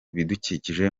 bidukikije